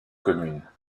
communes